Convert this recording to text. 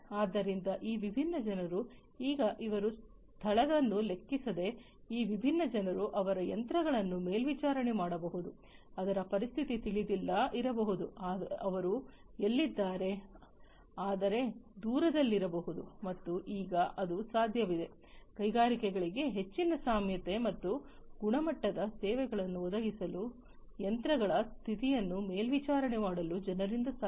ಆದ್ದರಿಂದ ಈ ವಿಭಿನ್ನ ಜನರು ಈಗ ಇರುವ ಸ್ಥಳವನ್ನು ಲೆಕ್ಕಿಸದೆ ಈ ವಿಭಿನ್ನ ಜನರು ಅವರು ಯಂತ್ರಗಳನ್ನು ಮೇಲ್ವಿಚಾರಣೆ ಮಾಡಬಹುದು ಅದರ ಉಪಸ್ಥಿತಿ ತಿಳಿದಿಲ್ಲ ಇರಬಹುದು ಅವರು ಎಲ್ಲಿದ್ದಾರೆ ಆದರೆ ದೂರದಲ್ಲಿರಬಹುದು ಮತ್ತು ಈಗ ಅದು ಸಾಧ್ಯವಿದೆ ಕೈಗಾರಿಕೆಗಳಿಗೆ ಹೆಚ್ಚಿನ ನಮ್ಯತೆ ಮತ್ತು ಗುಣಮಟ್ಟದ ಸೇವೆಗಳನ್ನು ಒದಗಿಸಲು ಯಂತ್ರಗಳ ಸ್ಥಿತಿಯನ್ನು ಮೇಲ್ವಿಚಾರಣೆ ಮಾಡಲು ಜನರಿಂದ ಸಾಧ್ಯ